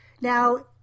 Now